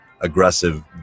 aggressive